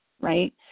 right